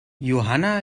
johanna